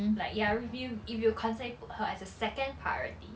like ya if you if you constantly put her as a second priority